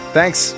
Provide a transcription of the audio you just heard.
Thanks